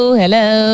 hello